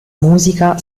musica